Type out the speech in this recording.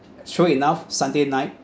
sure enough sunday night